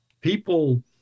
people